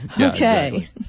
Okay